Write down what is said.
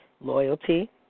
loyalty